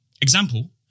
Example